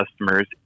customers